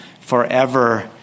forever